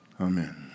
Amen